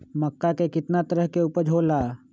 मक्का के कितना तरह के उपज हो ला?